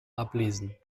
ablesen